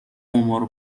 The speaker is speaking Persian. قمار